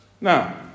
Now